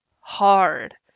hard